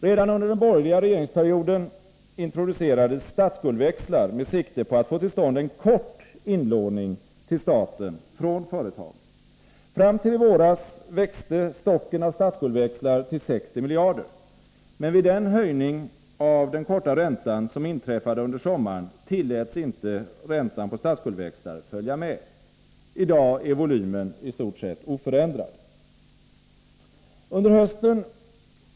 Redan under den borgerliga regeringsperioden introducerades statsskuldväxlar med sikte på att få till stånd en kort inlåning till staten från företagen. Fram till i våras växte stocken av statsskuldväxlar till 60 miljarder. Men vid den höjning av den korta räntan som inträffade under sommaren tilläts inte räntan på statsskuldväxlar följa med. I dag är volymen stort sett oförändrad.